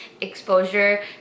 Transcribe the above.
exposure